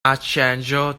archangel